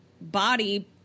body